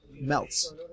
melts